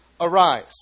Arise